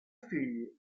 figli